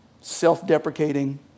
self-deprecating